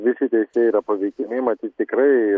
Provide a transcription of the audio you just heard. visi teisėjai yra paveikiami matyt tikrai